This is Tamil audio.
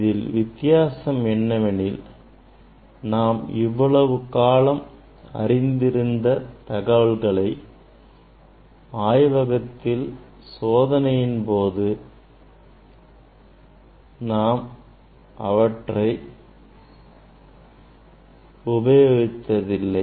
இதில் வித்தியாசம் என்னவெனில் நாம் இவ்வளவு காலம் அறிந்து இருந்த தகவல்களை ஆய்வகத்தில் சோதனையின் போது நாம் அவற்றை உபயோகிப்போம்